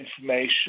Information